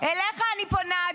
אליך אני פונה,